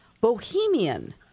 Bohemian